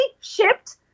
shipped